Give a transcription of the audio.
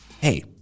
hey